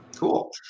Cool